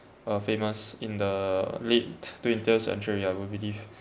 uh famous in the late twentieth century I would believe